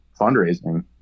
fundraising